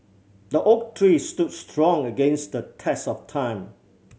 the oak tree stood strong against the test of time